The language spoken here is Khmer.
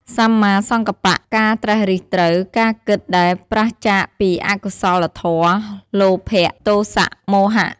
សម្មាសង្កប្បៈ ការត្រិះរិះត្រូវ ការគិតដែលប្រាសចាកពីអកុសលធម៌ លោភៈ ទោសៈ មោហៈ។